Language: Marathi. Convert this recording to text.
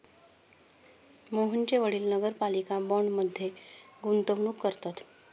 मोहनचे वडील नगरपालिका बाँडमध्ये गुंतवणूक करतात